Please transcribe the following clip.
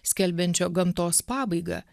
skelbiančio gamtos pabaigą